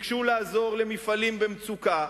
ביקשו לעזור למפעלים במצוקה,